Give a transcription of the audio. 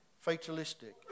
Fatalistic